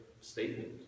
statement